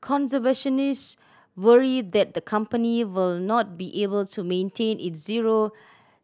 conservationist worry that the company will not be able to maintain its zero